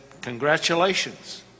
congratulations